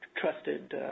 trusted